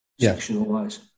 sectional-wise